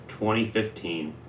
2015